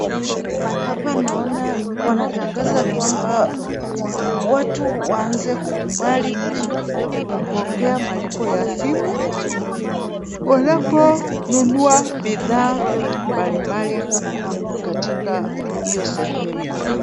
Hapa naona wanatangaza kwamba, watu waanze kukubali kupokea malipo ya simu, wanaponunua bidhaa mbalimbali katika hiyo sehemu.